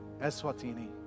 Eswatini